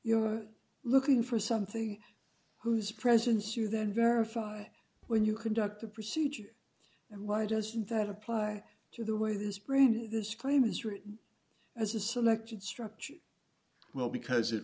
you're looking for something whose presence you then verify when you conduct the procedure and why doesn't that apply to the way this brain this claim is written as a selected structure well because it